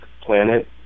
planet